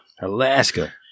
Alaska